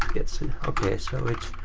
gets okay. so it's,